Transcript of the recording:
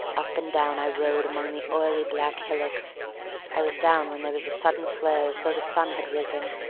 up and down i rode among the oily black hillocks i was down when there was a sudden flare as though the sun had risen,